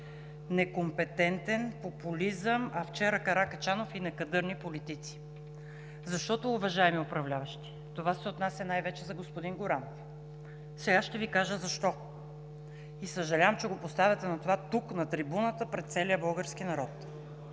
некомпетентен, популизъм, а вчера Каракачанов – и некадърни политици. Защото, уважаеми управляващи, това се отнася най-вече за господин Горанов. Сега ще Ви кажа защо. И съжалявам, че го поставяте тук, на трибуната, пред целия български народ.